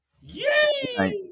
Yay